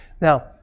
Now